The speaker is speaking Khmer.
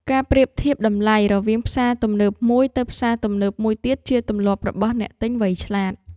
ការប្រៀបធៀបតម្លៃរវាងផ្សារទំនើបមួយទៅផ្សារទំនើបមួយទៀតជាទម្លាប់របស់អ្នកទិញ វៃឆ្លាត។